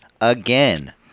again